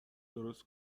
درست